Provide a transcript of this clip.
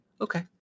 okay